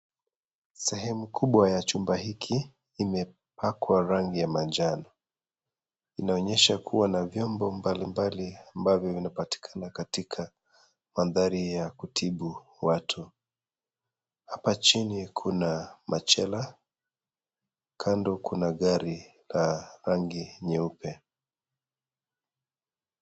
Sehemu kubwa ya chumba hiki imepakwa rangi ya majano. Inaonyesha kuwa na vyombo mbalimbali ambavyo vinapatikana katika mandhari ya kutibu watu. Hapa chini kuna machera. Kando kuna gari la rangi nyeupe.